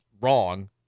wrong